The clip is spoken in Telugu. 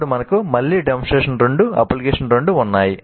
అప్పుడు మనకు మళ్ళీ డెమోన్స్ట్రేషన్ 2 అప్లికేషన్ 2 ఉన్నాయి